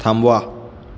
थांबवा